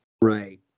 Right